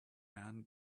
man